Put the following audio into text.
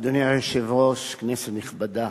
אדוני היושב-ראש, כנסת נכבדה,